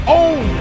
own